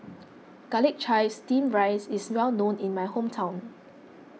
Garlic Chives Steamed Rice is well known in my hometown